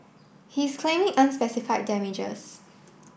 he is claiming unspecified damages